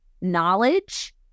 knowledge